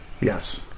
Yes